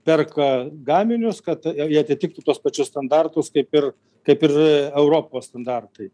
perka gaminius kad jie atitiktų tuos pačius standartus kaip ir kaip ir europos standartai